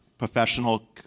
professional